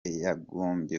yagombye